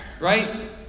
Right